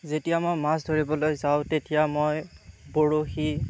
যেতিয়া মই মাছ ধৰিবলৈ যাওঁ তেতিয়া মই বৰশী